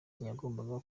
ntiyagombaga